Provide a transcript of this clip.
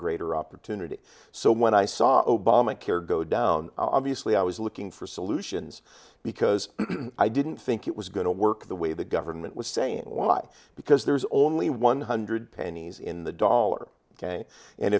greater opportunity so when i saw obamacare go down obviously i was looking for solutions because i didn't think it was going to work the way the government was saying what because there's only one hundred pennies in the dollar ok and